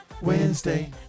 Wednesday